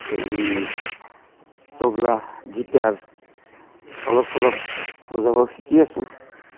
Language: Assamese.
এই তবলা গীটাৰ অলপ চলপ বজাব শিকি আছোঁ